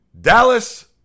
Dallas